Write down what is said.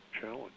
challenge